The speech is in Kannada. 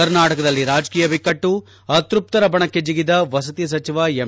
ಕರ್ನಾಟಕದಲ್ಲಿ ರಾಜಕೀಯ ಬಿಕ್ಕಟ್ಟು ಅತೃಪ್ತರ ಬಣಕ್ಕೆ ಜಿಗಿದ ವಸತಿ ಸಚಿವ ಎಂ